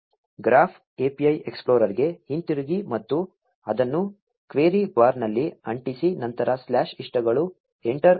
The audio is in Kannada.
ಗ್ರಾಫ್ API ಎಕ್ಸ್ಪ್ಲೋರರ್ಗೆ ಹಿಂತಿರುಗಿ ಮತ್ತು ಅದನ್ನು ಕ್ವೆರಿ ಬಾರ್ನಲ್ಲಿ ಅಂಟಿಸಿ ನಂತರ ಸ್ಲಾಶ್ ಇಷ್ಟಗಳು ಎಂಟರ್ ಒತ್ತಿರಿ